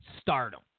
stardom